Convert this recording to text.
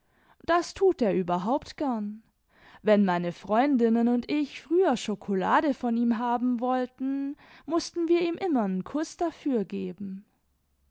das tut er überhaupt gem wenn meine freundinnen und ich früher schokolade von ihm haben wollten mußten wir ihm immer n kuß dafür geben